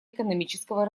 экономического